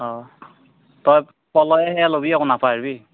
অঁ তই প'ল'য়ে সেয়ে ল'বি আকৌ নাপাহৰিবি